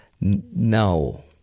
No